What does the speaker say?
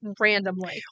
randomly